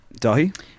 Dahi